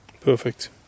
Perfect